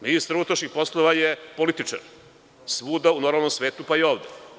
Ministar unutrašnjih poslova je političar, svuda u normalnom svetu, pa i ovde.